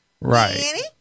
Right